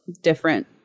different